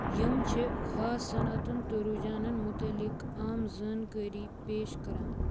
یِم چھِ خاص صنعتَن تہٕ رُجحانَن متعلق عام زانٛکٲرِی پیش کران